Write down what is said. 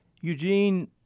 Eugene